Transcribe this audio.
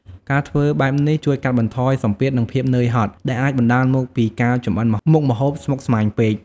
ការធ្វើបែបនេះជួយកាត់បន្ថយសម្ពាធ និងភាពនឿយហត់ ដែលអាចបណ្ដាលមកពីការចម្អិនមុខម្ហូបស្មុគស្មាញពេក ។